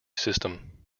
system